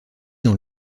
dans